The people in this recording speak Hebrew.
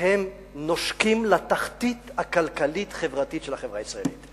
הם נושקים לתחתית הכלכלית-חברתית של החברה הישראלית.